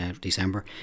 December